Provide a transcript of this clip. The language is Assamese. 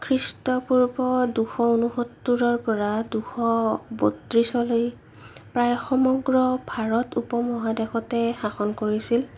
খ্ৰীষ্টপূৰ্ব দুশ ঊনসত্তৰৰ পৰা দুশ বত্ৰিশলৈ প্ৰায় সমগ্ৰ ভাৰত উপমহাদেশতে শাসন কৰিছিল